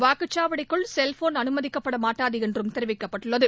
வாக்குச்சாவடிக்குள் cellphone அனுமதிக்கப்படமாட்டாதுஎன்றும் தெரிவிக்கப்பட்டுள்ளது